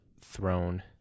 Throne